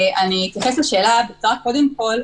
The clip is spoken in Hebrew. קודם כול,